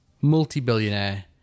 multi-billionaire